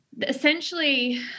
essentially